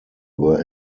were